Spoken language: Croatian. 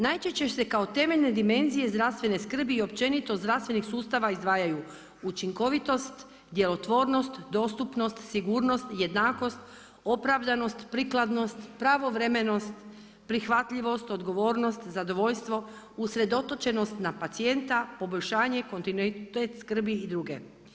Najčešće se kao temeljne dimenzije zdravstvene skrbi i općenito zdravstvenih sustava izdvajaju učinkovitost, djelotvornost, sigurnost, jednakost, opravdanost, prikladnost, pravovremenost, prihvatljivost, odgovornost, zadovoljstvo, usredotočenost na pacijenta, poboljšanje, kontinuitet skrbi i druge.